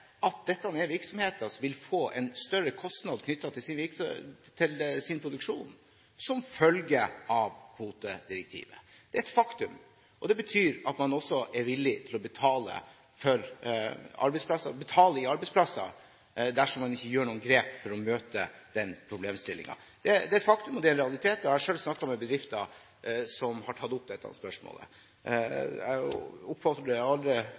at dette er virksomheter som vil få en større kostnad knyttet til sin produksjon som en følge av kvotedirektivet. Det er et faktum, og det betyr at man også er villig til å betale med arbeidsplasser dersom en ikke gjør noen grep for å møte den problemstillingen. Det er et faktum, det er en realitet, og jeg har selv snakket med bedrifter som har tatt opp dette spørsmålet. Jeg oppfordrer alle fra komiteen til faktisk å gjøre det